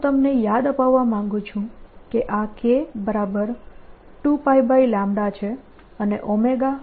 હું તમને યાદ અપાવવા માંગું છું કે આ k2π છે અને ω2πν છે